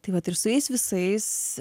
taip vat ir su jais visais